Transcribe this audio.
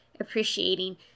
appreciating